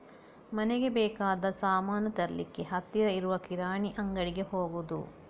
ಮನೆಗೆ ಬೇಕಾದ ಸಾಮಾನು ತರ್ಲಿಕ್ಕೆ ಹತ್ತಿರ ಇರುವ ಕಿರಾಣಿ ಅಂಗಡಿಗೆ ಹೋಗುದು